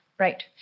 Right